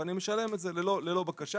ואני משלם את זה ללא בקשה.